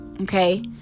Okay